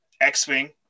X-Wing